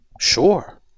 Sure